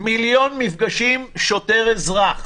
מיליון מפגשים שוטר-אזרח.